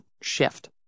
shift